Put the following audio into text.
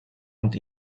und